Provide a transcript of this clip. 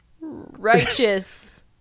righteous